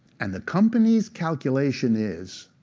and the company's calculation is,